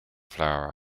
flour